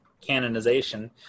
canonization